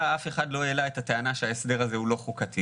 אף אחד לא העלה את הטענה שההסדר הזה לא חוקתי.